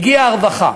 הגיעה הרווחה.